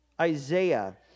Isaiah